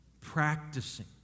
practicing